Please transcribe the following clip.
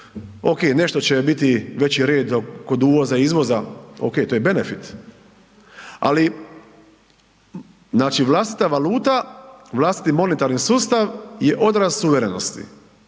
Ok nešto će biti većeg reda kod uvoza-izvoza, ok, to je benefit, ali znači vlastita valuta, vlastiti monetarni sustav je odraz suverenosti